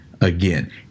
again